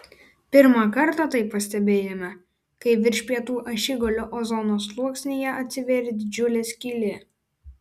pirmą kartą tai pastebėjome kai virš pietų ašigalio ozono sluoksnyje atsivėrė didžiulė skylė